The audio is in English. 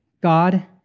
God